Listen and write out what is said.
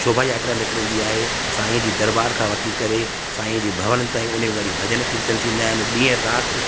शोभा यात्रा निकिरंदी आहे साईं जी दरॿार खां वठी करे साईंअ जे भवन ताईं उन में वरी भॼन कीर्तन थींदा आहिनि ॾींहं राति